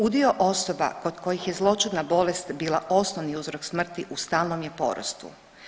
Udio osoba kod kojih je zloćudna bolest bila osnovni uzrok smrti u stalnom je porastu.